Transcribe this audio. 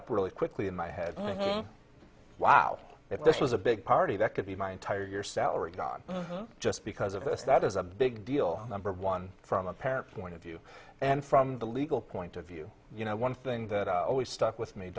up really quickly in my head wow if this was a big party that could be my entire year salary just because of this that is a big deal number one from a parent point of view and from the legal point of view you know one thing that always stuck with me